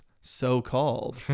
so-called